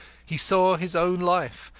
he saw his own life,